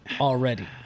Already